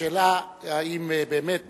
השאלה היא האם באמת